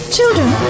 Children